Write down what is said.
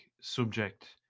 subject